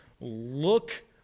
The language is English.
look –